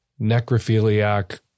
necrophiliac